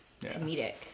comedic